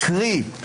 קרי,